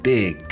big